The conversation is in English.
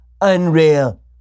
Unreal